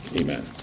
Amen